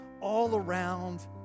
all-around